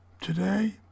Today